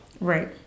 Right